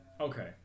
Okay